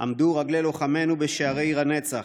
עמדו רגלי לוחמינו בשערי עיר הנצח.